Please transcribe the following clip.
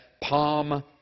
Palm